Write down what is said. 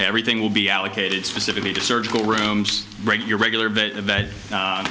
everything will be allocated specifically to surgical rooms break your regular